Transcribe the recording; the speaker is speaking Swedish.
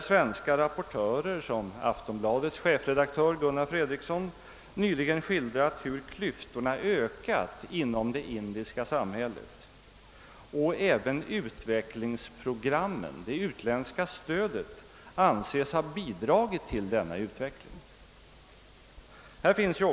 Svenska rapportörer, bl.a. Aftonbladets chefredaktör Gunnar Fredriksson, har nyligen skildrat hur klyftorna vidgats inom det indiska samhöället. Även wutvecklingsprogrammen, det utländska stödet, anses ha bidragit till denna utveckling.